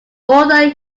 author